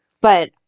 But-